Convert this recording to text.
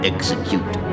Execute